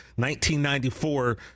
1994